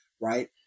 Right